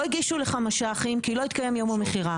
לא הגישו לך מש"חים כי לא התקיים יום המכירה.